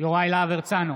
יוראי להב הרצנו,